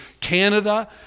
Canada